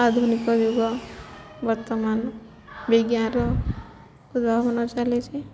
ଆଧୁନିକ ଯୁଗ ବର୍ତ୍ତମାନ ବିଜ୍ଞାନର ଉଦ୍ଭାବନ ଚାଲିଚି